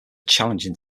challenging